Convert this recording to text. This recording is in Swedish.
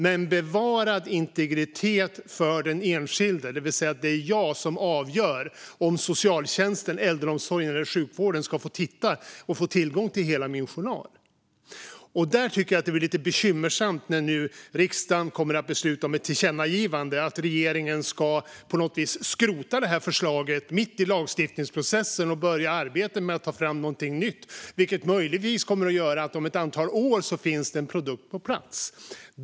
Men det ska vara bevarad integritet för den enskilde, det vill säga att det är jag som avgör om socialtjänsten, äldreomsorgen eller sjukvården ska få tillgång till hela min journal. Det blir lite bekymmersamt när riksdagen kommer att besluta om ett tillkännagivande, att regeringen på något sätt ska skrota förslaget, mitt i lagstiftningsprocessen, och börja arbeta med att ta fram något nytt, vilket möjligtvis kommer att innebära att det om ett antal år finns en produkt på plats.